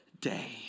day